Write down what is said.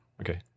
Okay